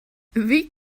wie